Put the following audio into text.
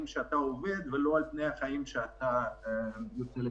שאתה עובד ולא על פני החיים שאתה בפנסיה.